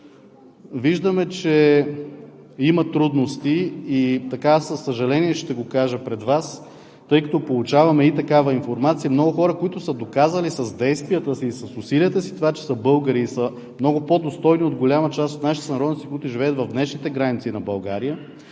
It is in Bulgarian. Виждаме, че има трудности, и със съжаление ще го кажа пред Вас, тъй като получаваме и такава информация. Много хора, които са доказали с действията и усилията си това, че са българи и са много по-достойни от голяма част от нашите сънародници, които живеят в днешните граници на България